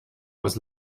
was